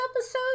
episode